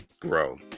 Grow